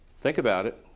think about it.